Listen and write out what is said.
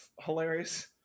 hilarious